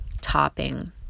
topping